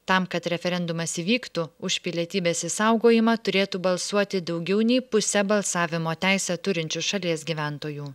tam kad referendumas įvyktų už pilietybės išsaugojimą turėtų balsuoti daugiau nei pusę balsavimo teisę turinčių šalies gyventojų